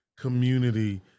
community